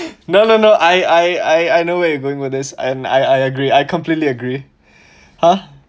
no no no I I I know where you're going with this and I agree I completely agree !huh!